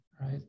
right